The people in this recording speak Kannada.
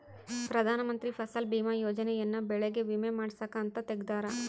ಪ್ರಧಾನ ಮಂತ್ರಿ ಫಸಲ್ ಬಿಮಾ ಯೋಜನೆ ಯನ್ನ ಬೆಳೆಗೆ ವಿಮೆ ಮಾಡ್ಸಾಕ್ ಅಂತ ತೆಗ್ದಾರ